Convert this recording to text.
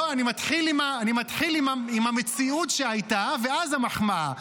אני מתחיל עם המציאות שהייתה, ואז המחמאה.